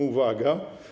Uwaga.